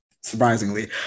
surprisingly